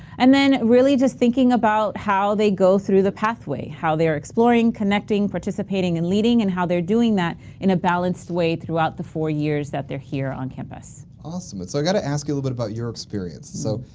and then really, just thinking about how they go through the pathway, how they are exploring, connecting, participating, and leading. and how they're doing that in a balanced way throughout the four years that they're here on campus. awesome but so i got to ask a little bit about your experience. so,